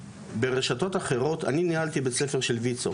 ברשתות אחרות, אני ניהלתי בית ספר של ויצ"ו.